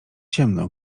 ciemno